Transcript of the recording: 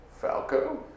Falco